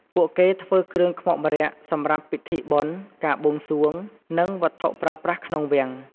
ពួកគេធ្វើគ្រឿងខ្មុកម្រ័ក្សណ៍សម្រាប់ពិធីបុណ្យ ការបួងសួង និង វត្ថុប្រើប្រាស់ក្នុងវាំង។